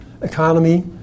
economy